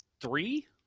Three